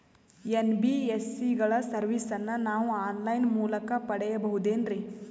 NBSC ಗಳ ಸರ್ವಿಸನ್ನ ನಾವು ಆನ್ ಲೈನ್ ಮೂಲಕ ಪಡೆಯಬಹುದೇನ್ರಿ?